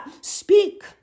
Speak